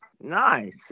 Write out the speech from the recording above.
Nice